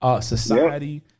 society